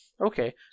Okay